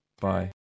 bye